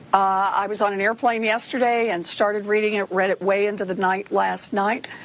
i was on an airplane yesterday and started reading it, read it way into the night last night,